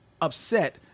upset